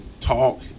talk